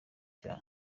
cyaha